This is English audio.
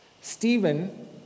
Stephen